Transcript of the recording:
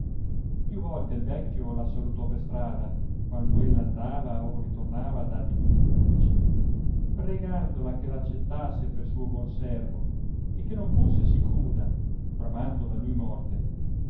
più volte il vecchio la salutò per strada quando ella andava o ritornava da divini uffici pregandola che accettasse per suo buon servo e che non fosse sì cruda bramando la lui morte